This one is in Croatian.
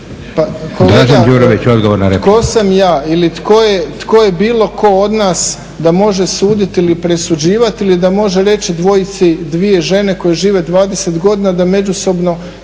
kolega tko sam ja ili tko je bilo tko od nas da može suditi ili presuđivati ili da može reći dvojici, dvije žene koje žive 20 godina da međusobno